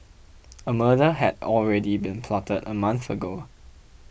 a murder had already been plotted a month ago